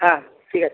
হ্যাঁ ঠিক আছে